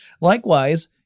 Likewise